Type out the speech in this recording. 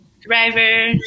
driver